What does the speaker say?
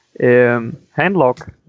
handlock